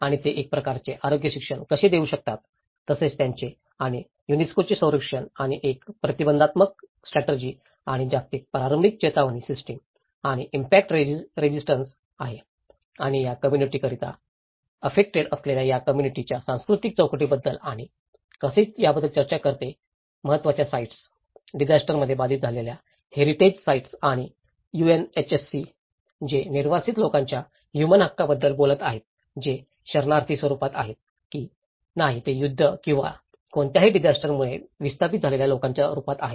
आणि ते एक प्रकारचे आरोग्य शिक्षण कसे देऊ शकतात तसेच त्यांचे आणि युनेस्कोचे संरक्षण आणि एक प्रतिबंधात्मक स्टेटर्जी आणि जागतिक प्रारंभिक चेतावणी सिस्टिम आणि इम्पॅक्ट रेजिस्टन्स आहे आणि हे या कम्म्युनिटी करिता एफ्फेक्टड असलेल्या या कम्म्युनिटी च्या सांस्कृतिक चौकटीबद्दल आणि कसे याबद्दल चर्चा करते महत्वाच्या साइट्स डिजास्टरंमध्ये बाधित झालेल्या हेरिटेज साइट्स आणि यूएनएचसी जे निर्वासित लोकांच्या ह्यूमन हक्कांबद्दल बोलत आहेत जे शरणार्थी स्वरूपात आहेत की नाही हे युद्ध किंवा कोणत्याही डिजास्टरमुळे विस्थापित झालेल्या लोकांच्या रूपात आहे